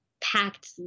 packed